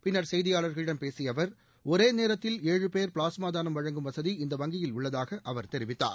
பின்னா் செய்தியாளா்களிடம் பேசிய அவா் ஒரே நேரத்தில் ஏழு போ ப்ளாஸ்மா தானம் வழங்கும் வசதி இந்த வங்கியில் உள்ளதாக அவர் தெரிவித்தார்